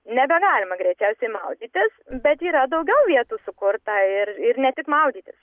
nebegalima greičiausiai maudytis bet yra daugiau vietų sukurta ir ir ne tik maudytis